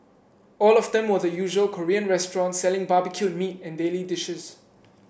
all of them were the usual Korean restaurants selling barbecued meat and daily dishes